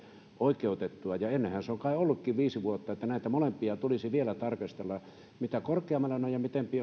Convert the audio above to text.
oikeutettua ja ennenhän se on kai ollutkin viisi vuotta näitä molempia tulisi vielä tarkastella mitä korkeammalla ne ovat ja mitä